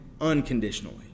unconditionally